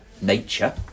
nature